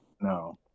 No